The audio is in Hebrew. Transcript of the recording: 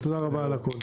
ותודה רבה על הכול.